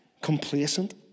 complacent